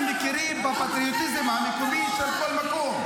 מכירים בפטריוטיזם המקומי של כל מקום?